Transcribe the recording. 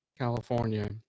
California